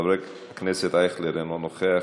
חבר הכנסת אייכלר, אינו נוכח.